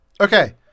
Okay